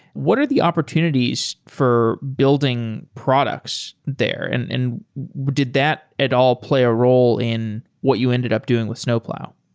what are the opportunities for building products there and and did that at all play a role in what you ended up doing with snowplow?